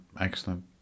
Excellent